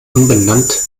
umbenannt